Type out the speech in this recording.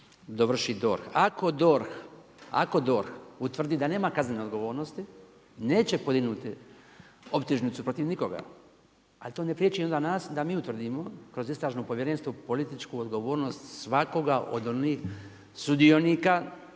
dovrši DORH. Ako DORH utvrdi da nema kaznene odgovornosti neće podignuti optužnicu protiv nikoga ali to ne prijeći onda nas da mi utvrdimo kroz istražno povjerenstvo političku odgovornost svakoga od onih sudionika